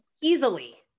Easily